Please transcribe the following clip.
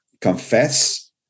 confess